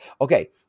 Okay